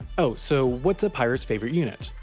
oh, so, what's a pirates favorite unit?